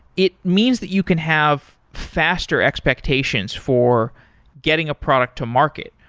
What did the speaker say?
it means that you can have faster expectations for getting a product to market.